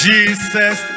Jesus